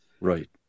right